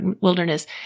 wilderness